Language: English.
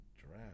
draft